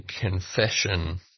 confession